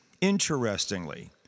interestingly